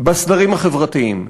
בסדרים החברתיים.